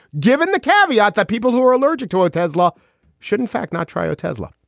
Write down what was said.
given the caveat that people who are allergic to otezla should in fact not try otezla.